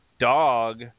dog